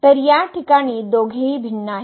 तर या प्रकरणात दोघेही भिन्न आहेत